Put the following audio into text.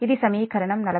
ఈ సమీకరణం 42